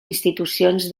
institucions